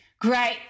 Great